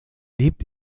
lebt